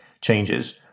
changes